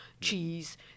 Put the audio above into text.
cheese